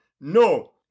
No